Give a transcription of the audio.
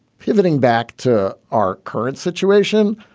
pivoting back to our current situation.